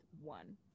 one